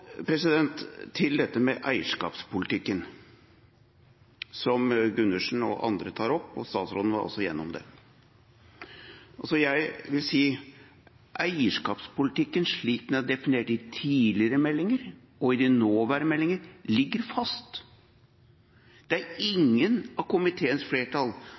til dette med eierskapspolitikken, som Gundersen og andre tar opp. Statsråden var også igjennom det. Jeg vil si: Eierskapspolitikken, slik den er definert i tidligere meldinger og i nåværende meldinger, ligger fast. Det er ingen av komiteens flertall